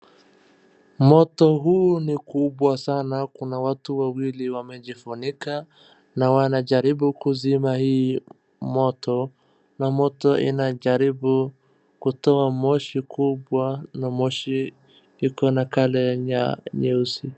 Moto huu ni kubwa sana, kuna watu wawili wamejifunika na wanajaribu kuzima hii moto na moto inajaribu kutoa moshi kubwa na moshi iko na colour nyeusi.